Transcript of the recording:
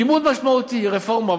לימוד משמעותי, רפורמה.